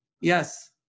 Yes